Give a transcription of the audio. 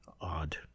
odd